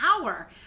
hour